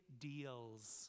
deals